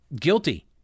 Guilty